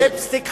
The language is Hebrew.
ליפסטיק חדש,